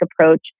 approach